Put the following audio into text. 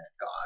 God